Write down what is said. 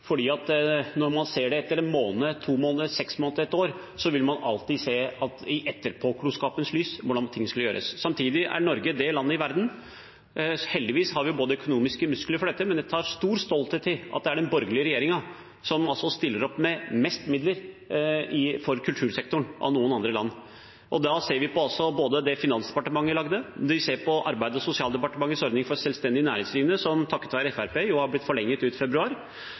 Når man ser det etter en måned, to måneder, seks måneder, ett år, vil man alltid i etterpåklokskapens lys se hvordan ting burde gjøres. Samtidig er Norge det landet i verden – heldigvis har vi økonomiske muskler til dette, men vi tar stor stolthet i at det er den borgerlige regjeringen som gjør det – som stiller opp med mest midler for kultursektoren. Da ser vi både på det Finansdepartementet lagde, og på Arbeids- og sosialdepartementets ordning for selvstendig næringsdrivende, som jo takket være Fremskrittspartiet har blitt forlenget ut februar.